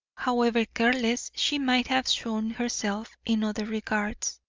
however careless she might have shown herself in other regards.